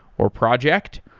or project.